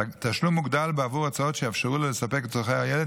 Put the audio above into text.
תשלום מוגדל בעבור הוצאות שיאפשרו לו לספק את צורכי הילד,